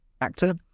actor